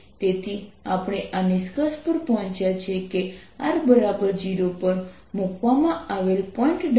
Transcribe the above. તેથી આપણે આ નિષ્કર્ષ પર પહોંચ્યા છે કે r0 પર મૂકવામાં આવેલા પોઇન્ટ ડાયપોલ માટે